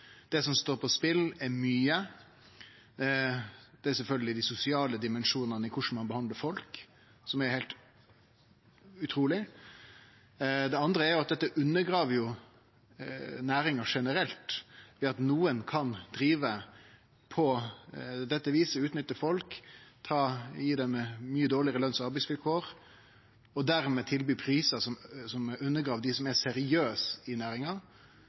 Det som står på spel, er mykje. Det er sjølvsagt dei sosiale dimensjonane i korleis ein behandlar folk, som er heilt utruleg. Det andre er at dette undergrev næringa generelt ved at nokon kan drive på dette viset og utnytte folk, gi dei mykje dårlegare løns- og arbeidsvilkår og dermed tilby prisar som undergrev dei som er seriøse i næringa.